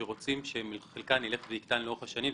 שרוצים שחלקן ילך ויקטן לאורך השנים,